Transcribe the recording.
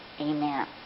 amen